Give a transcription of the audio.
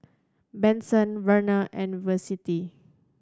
Benson Verna and Vicente